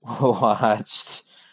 watched